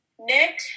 Nick